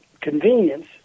convenience